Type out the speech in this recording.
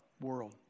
world